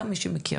גם למי שמכירה.